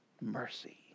mercy